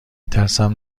ترسم